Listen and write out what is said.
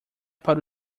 para